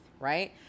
Right